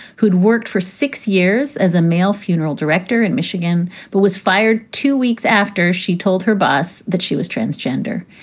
who'd worked for six years as a male funeral director in michigan but was fired two weeks after she told her boss that she was transgender.